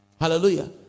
Hallelujah